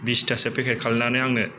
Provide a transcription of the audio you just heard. बिसतासो packet खालायनानै आंनो